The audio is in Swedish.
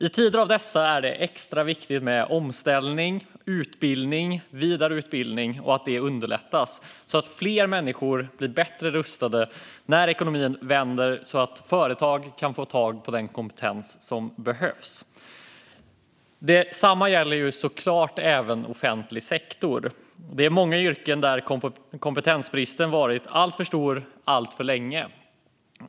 I tider som dessa är det extra viktigt med omställning och vidareutbildning och att detta underlättas så att fler människor står bättre rustade när ekonomin vänder och så att företag kan få tag på den kompetens som behövs. Detsamma gäller såklart även offentlig sektor. I många yrken har kompetensbristen varit alltför stor alltför länge.